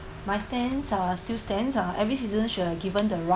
my stands are still stands uh every citizen should have given the right